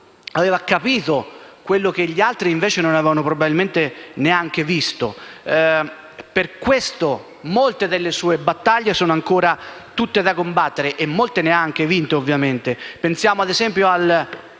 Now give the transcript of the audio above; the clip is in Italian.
aveva capito quello che gli altri non avevano probabilmente neanche visto; per questo molte delle sue battaglie sono ancora tutte da combattere; ovviamente, molte ne ha anche vinte: pensiamo ad esempio al